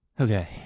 okay